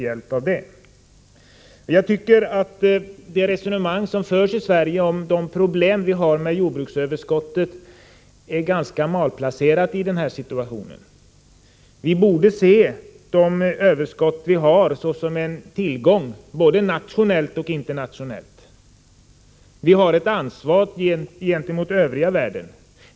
Jag tycker att det resonemang som förs i Sverige om att jordbruksöverskottet skulle vara ett problem är ganska malplacerat i denna situation. Vi borde se de överskott vi har såsom en tillgång, både nationellt och internationellt. Vi har ett ansvar gentemot den övriga världen.